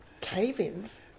cave-ins